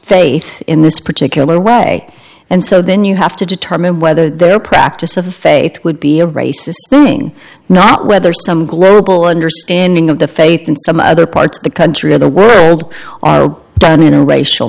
faith in this particular way and so then you have to determine whether their practice of the faith would be a racist thing not whether some global understanding of the faith in some other parts of the country or the world are done in a racial